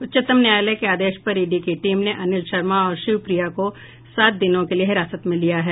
उच्चतम न्यायालय के आदेश पर ईडी की टीम ने अनिल शर्मा और शिव प्रिया को सात दिनों के लिये हिरासत में लिया है